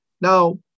Now